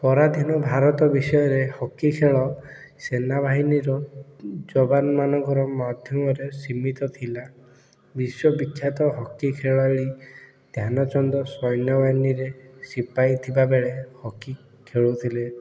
ପରାଧୀନ ଭାରତ ବିଷୟରେ ହକି ଖେଳ ସେନାବାହିନୀର ଯବାନମାନଙ୍କର ମାଧ୍ୟମରେ ସୀମିତ ଥିଲା ବିଶ୍ୱ ବିଖ୍ୟାତ ହକି ଖେଳାଳି ଧ୍ୟାନ ଚାନ୍ଦ ସୈନ୍ୟବାହିନୀରେ ସିପାହୀ ଥିବା ବେଳେ ହକି ଖେଳୁଥିଲେ